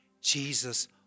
Jesus